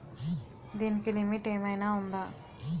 దీనికి లిమిట్ ఆమైనా ఉందా?